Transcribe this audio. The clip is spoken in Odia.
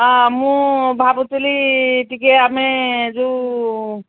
ହଁ ମୁଁ ଭାବୁଥିଲି ଟିକେ ଆମେ ଯେଉଁ